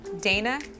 Dana